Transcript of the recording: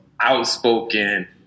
outspoken